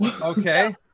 okay